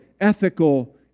ethical